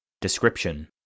Description